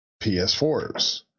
ps4s